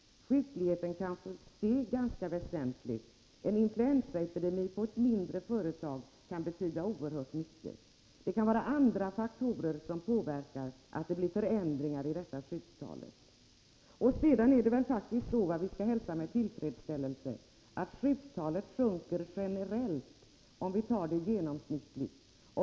Det är en ganska väsentlig fråga. En influensaepidemi på ett mindre företag kan betyda oerhört mycket. Även andra faktorer kan göra att det blir förändringar i sjuktalet. Sedan skall vi väl hälsa med tillfredsställelse att sjuktalet sjunker generellt, genomsnittligt sett.